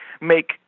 make